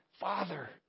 Father